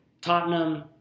Tottenham